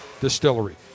Distillery